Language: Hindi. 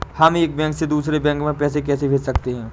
हम एक बैंक से दूसरे बैंक में पैसे कैसे भेज सकते हैं?